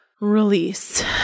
release